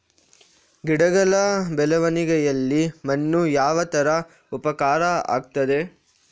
ಗಿಡಗಳ ಬೆಳವಣಿಗೆಯಲ್ಲಿ ಮಣ್ಣು ಯಾವ ತರ ಉಪಕಾರ ಆಗ್ತದೆ?